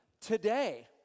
today